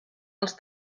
els